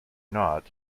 not